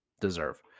deserve